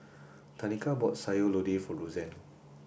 Tanika bought Sayur Lodeh for Rozanne